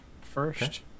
first